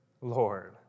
lord